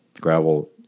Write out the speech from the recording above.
Gravel